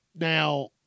Now